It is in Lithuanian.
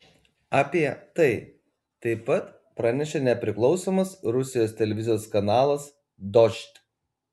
apie tai taip pat pranešė nepriklausomas rusijos televizijos kanalas dožd